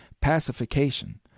Pacification